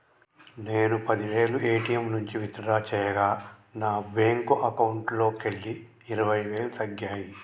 నేను పది వేలు ఏ.టీ.యం నుంచి విత్ డ్రా చేయగా నా బ్యేంకు అకౌంట్లోకెళ్ళి ఇరవై వేలు తగ్గాయి